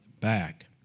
back